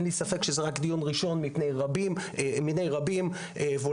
אין לי ספק שזה רק דיון ראשון מיני רבים ואולי